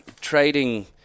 Trading